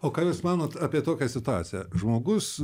o ką jūs manot apie tokią situaciją žmogus